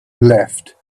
left